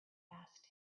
asked